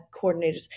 coordinators